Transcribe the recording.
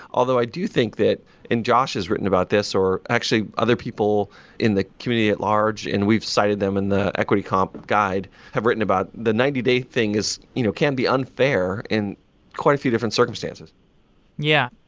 although i do think that josh has written about this, or actually other people in the community at-large and we've sighted them in the equity comp guide, have written about the ninety day things you know can be unfair in quite a few different circumstances yeah.